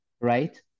Right